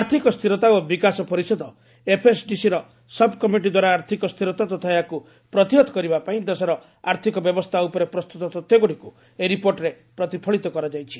ଆର୍ଥିକ ସ୍ଥିରତା ଓ ବିକାଶ ପରିଷଦ ଏଫ୍ଏସ୍ଡିସିର ସବ୍କମିଟିଦ୍ୱାରା ଆର୍ଥିକ ସ୍ଥିରତା ତଥା ଏହାକୁ ପ୍ରତିହତ କରିବାପାଇଁ ଦେଶର ଆର୍ଥକ ବ୍ୟବସ୍ଥା ଉପରେ ପ୍ରସ୍ତୁତ ତଥ୍ୟଗୁଡ଼ିକୁ ଏହି ରିପୋର୍ଟରେ ପ୍ରତିଫଳିତ କରାଯାଇଛି